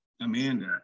Amanda